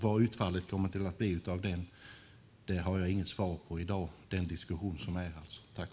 Vad utfallet kommer att bli av den diskussionen har jag inget svar på i dag.